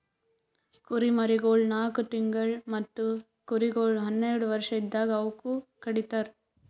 ಕುರಿಮರಿಗೊಳ್ ನಾಲ್ಕು ತಿಂಗುಳ್ ಮತ್ತ ಕುರಿಗೊಳ್ ಹನ್ನೆರಡು ವರ್ಷ ಇದ್ದಾಗ್ ಅವೂಕ ಕಡಿತರ್